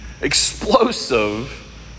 explosive